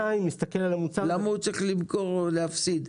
למה הוא צריך למכור ולהפסיד?